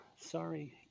sorry